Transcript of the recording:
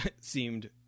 seemed